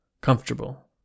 Comfortable